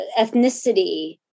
ethnicity